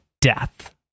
death